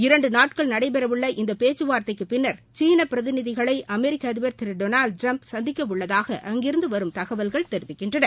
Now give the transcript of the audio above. இரண்டு நாட்கள் நடைபெறவுள்ள இந்த பேச்சுவார்தைக்கு பின்னர் சீன பிரதிநிதிகளை அமெரிக்க அதிபர் திரு டொனால்டு ட்டிரம்ப் சந்திக்கவுள்ளதாக அங்கிருந்து வரும் தகவல்கள் தெரிவிக்கின்றன